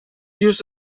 use